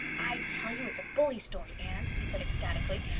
i tell you it's a bully story, anne, he said ecstatically.